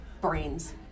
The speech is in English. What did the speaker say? brains